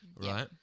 Right